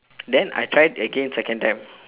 then I try it again second time